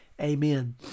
Amen